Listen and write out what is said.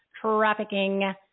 trafficking